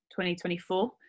2024